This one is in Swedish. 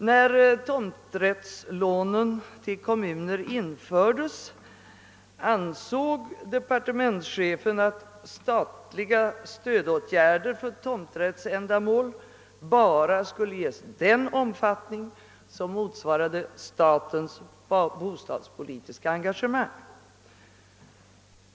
När tomträttslånen till kommuner infördes sade departementschefen att statliga stödåtgärder för tomträttsändamål bara skulle ges i den omfattning som motsvarade statens bostadspolitiska engagemang.